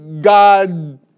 God